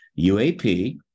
UAP